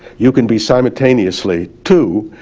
you can be simultaneously two,